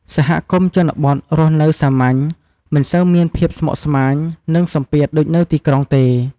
សហគមន៍ជនបទរស់នៅសាមញ្ញ មិនសូវមានភាពស្មុគស្មាញ និងសម្ពាធដូចនៅទីក្រុងទេ។